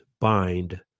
bind